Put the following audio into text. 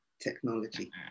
technology